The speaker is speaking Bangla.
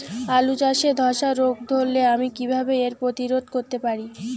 আলু চাষে ধসা রোগ ধরলে আমি কীভাবে এর প্রতিরোধ করতে পারি?